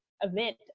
event